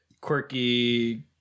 quirky